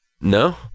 No